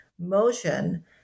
motion